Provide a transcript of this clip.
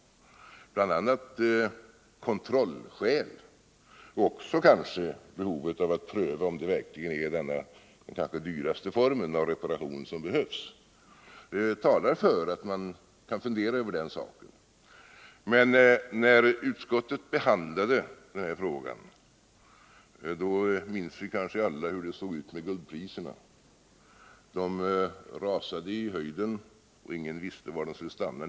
Bl.a. kontrollskäl och kanske också behovet av att pröva om det verkligen är denna, kanske den dyraste formen av reparation som behövs talar för att man kan fundera över den saken. Men vi minns kanske alla hur det var med guldpriserna när utskottet behandlade denna fråga. De rusade i höjden, och ingen visste var de skulle stanna.